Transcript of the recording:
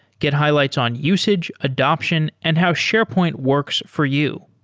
get highlights on usage, adaption and how sharepoint works for you.